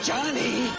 Johnny